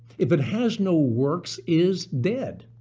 if it has no works, is dead.